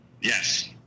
Yes